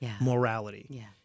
morality